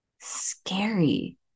scary